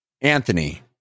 Anthony